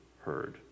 heard